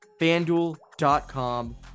FanDuel.com